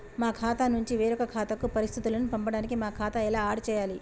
మా ఖాతా నుంచి వేరొక ఖాతాకు పరిస్థితులను పంపడానికి మా ఖాతా ఎలా ఆడ్ చేయాలి?